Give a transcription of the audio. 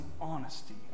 Honesty